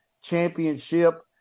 Championship